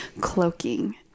cloaking